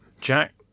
Jack